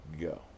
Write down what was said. go